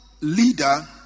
leader